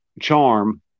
charm